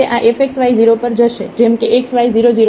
જેમ કે xy 0 0 પર જાય છે